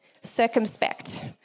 circumspect